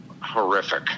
horrific